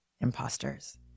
imposters